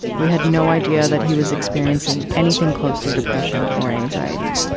we had no idea that he was experiencing anything close to depression or anxiety.